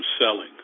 selling